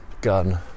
gun